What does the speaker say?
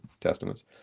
Testaments